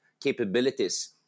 capabilities